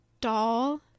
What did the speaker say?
doll